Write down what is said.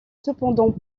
cependant